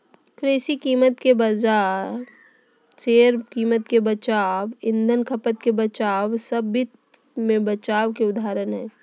कृषि कीमत के बचाव, शेयर कीमत के बचाव, ईंधन खपत के बचाव सब वित्त मे बचाव के उदाहरण हय